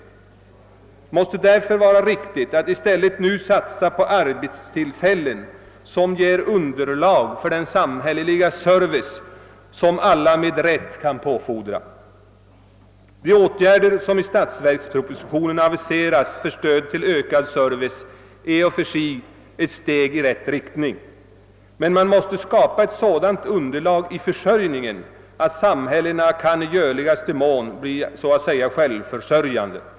Det måste därför vara riktigt att i stället satsa på arbetstillfällen som ger underlag för den samhälleliga service som alla med rätt kan fordra. De åtgärder som i statsverkspropositionen aviseras för stöd till ökad service är i och för sig ett steg i rätt riktning, men man måste skapa ett sådant underlag i försörjningen att sam hällena i görligaste mån kan bli självförsörjande.